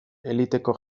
eliteko